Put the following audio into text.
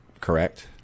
correct